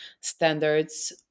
standards